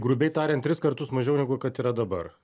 grubiai tariant tris kartus mažiau negu kad yra dabar